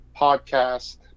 podcast